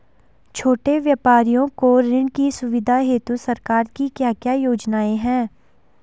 छोटे व्यापारियों को ऋण की सुविधा हेतु सरकार की क्या क्या योजनाएँ हैं?